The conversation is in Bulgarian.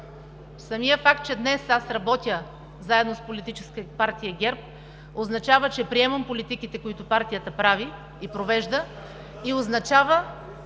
Самият факт, че днес аз работя заедно с Политическа партия ГЕРБ означава, че приемам политиките, които партията прави и провежда и означава,